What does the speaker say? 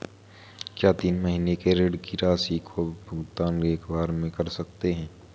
क्या तीन महीने के ऋण की राशि का भुगतान एक बार में कर सकते हैं?